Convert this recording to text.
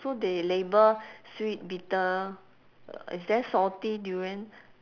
so they label sweet bitter uh is there salty durian